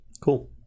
Cool